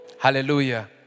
Hallelujah